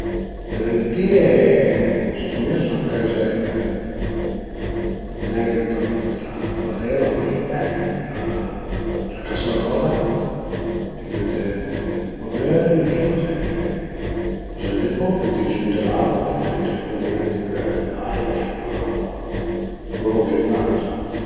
Le lentìe secund me a s'fan cõzi nen ën la padella, ma ën la peila, ën la casarola, t'i büte ën po d'öli, t'i faze faze andé poch, pöi t'i giuntie l'acua, t'i giuntie i cundiment che võle, l'ai, la siula o lon che t'las